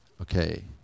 Okay